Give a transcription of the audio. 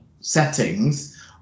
settings